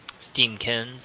Steamkins